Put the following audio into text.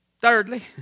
thirdly